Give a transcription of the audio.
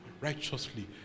righteously